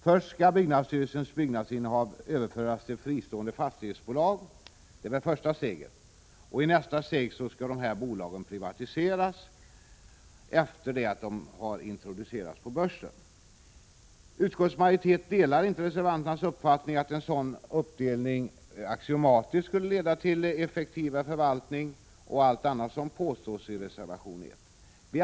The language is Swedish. Först skall byggnadsstyrelsens byggnadsinnehav överföras till fristående fastighetsbolag, och i nästa steg skall dessa bolag privatiseras efter det att de har introducerats på börsen. Utskottets majoritet delar inte reservanternas uppfattning att en sådan uppdelning axiomatiskt skulle leda till effektivare förvaltning och allt annat som påstås i reservation 1.